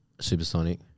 Supersonic